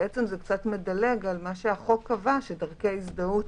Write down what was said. בעצם זה קצת מדלג על מה שהחוק קבע שדרכי הזדהות